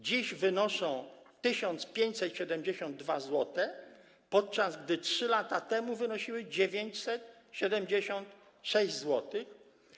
Dziś wynoszą 1572 zł, podczas gdy 3 lata temu wynosiły 976 zł.